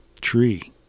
tree